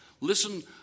Listen